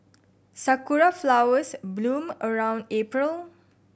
sakura flowers bloom around April